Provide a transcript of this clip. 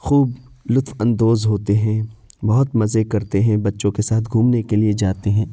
خوب لطف اندوز ہوتے ہیں بہت مزے کرتے ہیں بچوں کے ساتھ گھومنے کے لیے جاتے ہیں